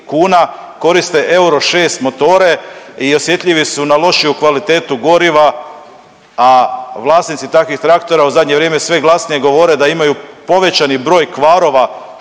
koriste euro 6 motore i osjetljivi su na lošiju kvalitetu goriva, a vlasnici takvih traktora u zadnje vrijeme sve glasnije govore da imaju povećani broj kvarova što